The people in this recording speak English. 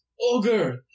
ogre